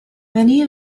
many